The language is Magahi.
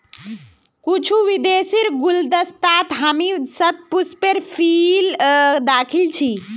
कुछू विदेशीर गुलदस्तात हामी शतपुष्पेर फूल दखिल छि